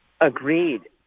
Agreed